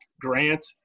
Grant